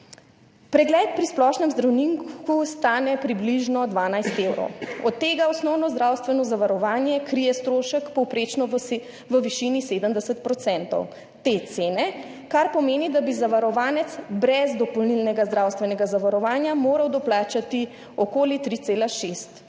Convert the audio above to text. Pregled pri splošnem zdravniku stane približno 12 evrov, od tega osnovno zdravstveno zavarovanje krije strošek povprečno v višini 70 % te cene, kar pomeni, da bi zavarovanec brez dopolnilnega zdravstvenega zavarovanja moral doplačati okoli 3,6